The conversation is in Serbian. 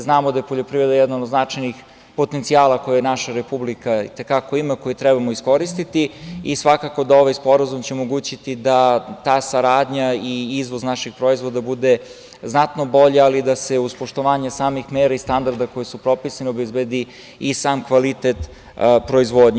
Znamo da je poljoprivreda jedan od značajnih potencijala koji naša Republike i te kako ima, koji trebamo iskoristiti i svakako da ovaj sporazum će omogućiti da ta saradnja i izvoz naših proizvoda bude znatno bolji, ali da se uz poštovanje samih mera i standarda koji su propisani obezbedi i sam kvalitet proizvodnje.